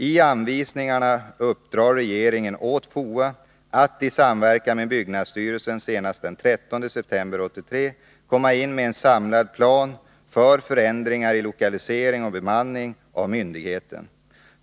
I anvisningarna uppdrar regeringen åt FOA att i samverkan med byggnadsstyrelsen senast den 30 september 1983 komma in med en samlad plan för förändringar i lokalisering och bemanning av myndigheten.